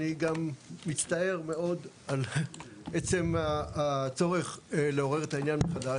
אני גם מצטער מאוד על עצם הצורך לעורר את העניין מחדש,